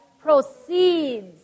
proceeds